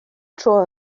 tro